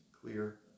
clear